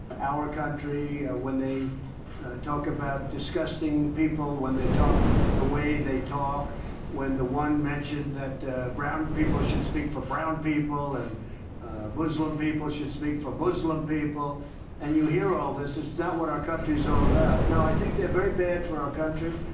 our country when they talk about disgusting people when they talk the way they talk when the one mentioned that brown people should speak for brown people and muslim people should speak for muslim people and you hear all this it's not what our country is all about no, i think they're very bad for our country.